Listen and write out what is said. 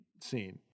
scene